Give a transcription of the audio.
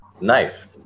knife